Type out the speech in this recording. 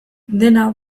dena